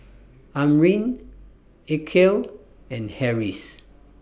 Amrin Aqil and Harris